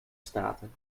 staten